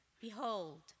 Behold